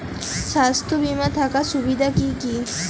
স্বাস্থ্য বিমা থাকার সুবিধা কী কী?